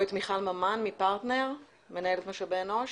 מיכל מפרטנר, מנהלת משאבי אנוש.